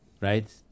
right